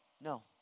No